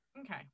Okay